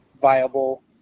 viable